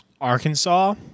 Arkansas